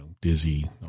dizzy